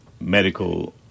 medical